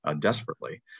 desperately